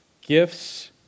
gifts